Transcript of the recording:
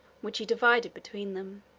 which he divided between them.